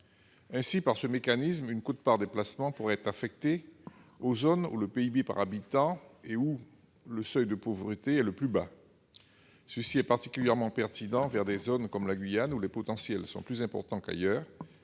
Ainsi, par ce mécanisme, une quote-part des placements pourrait être affectée aux zones où le PIB par habitant et/ou le seuil de pauvreté sont les plus bas. Un tel dispositif serait particulièrement pertinent s'agissant de zones comme la Guyane, où les besoins sont plus importants qu'ailleurs